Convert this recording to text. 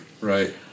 Right